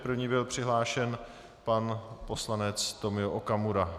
První byl přihlášen pan poslanec Tomio Okamura.